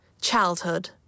Childhood